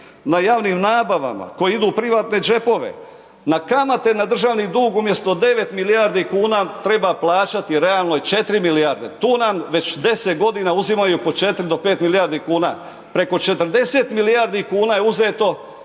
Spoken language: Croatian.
na javnim nabavama koje idu u privatne džepove, na kamate na državnu dug umjesto 9 milijardi kuna treba plaćati realno 4 milijarde, tu nam već 10 g. uzimaju po 4 do 5 milijardi kuna. Preko 40 milijardi kuna je uzeto